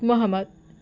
Mohammed